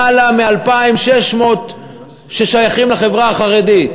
למעלה מ-2,600 ששייכים לחברה החרדית,